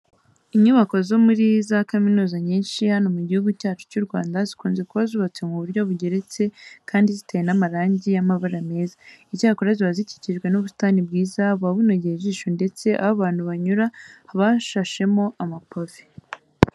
Inyubako zo muri za kaminuza nyinshi hano mu Gihugu cyacu cy'u Rwanda zikunze kuba zubatse mu buryo bugeretse kandi ziteye n'amarange y'amabara meza. Icyakora ziba zikikijwe n'ubusitani bwiza buba bunogeye ijisho ndetse aho abantu banyura haba hashashemo amapave.